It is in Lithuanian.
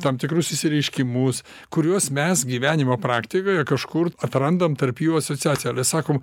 tam tikrus išsireiškimus kuriuos mes gyvenimo praktikoje kažkur atrandam tarp jų asociaciją sakom